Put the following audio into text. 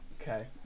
Okay